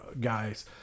guys